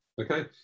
Okay